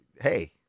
hey